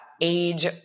age